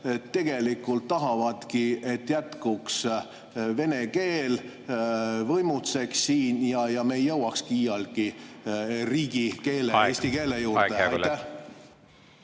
tegelikult tahavadki, et vene keel jätkuks ja võimutseks siin ja me ei jõuakski iialgi riigikeele, eesti keele juurde.